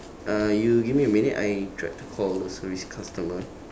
uh you give me a minute I try to call the service customer